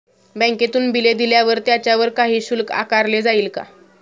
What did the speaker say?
बँकेतून बिले दिल्यावर त्याच्यावर काही शुल्क आकारले जाईल का?